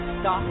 Stop